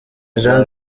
jean